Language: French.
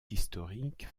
historiques